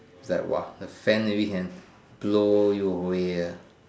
like !wah! maybe the fan maybe can blow you away uh